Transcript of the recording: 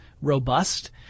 robust